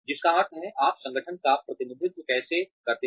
जिसका अर्थ है आप संगठन का प्रतिनिधित्व कैसे करते हैं